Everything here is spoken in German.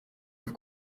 auf